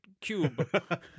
cube